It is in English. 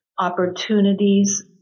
opportunities